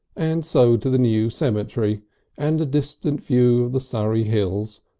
and so to the new cemetery and a distant view of the surrey hills,